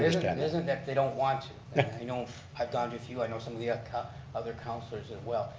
isn't um isn't that they don't want to. i know i've gone to a few, i know some of the ah other councilors as well.